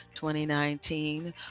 2019